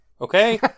Okay